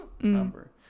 number